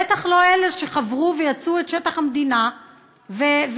בטח לא אלה שחברו ויצאו משטח המדינה ובעצם